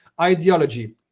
ideology